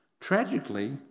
Tragically